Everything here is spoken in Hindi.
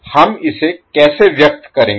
हम इसे कैसे व्यक्त करेंगे